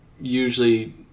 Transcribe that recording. usually